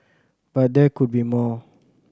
but there could be more